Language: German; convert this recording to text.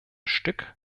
stück